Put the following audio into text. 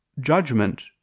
judgment